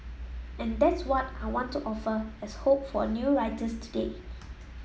and that's what I want to offer as hope for new writers today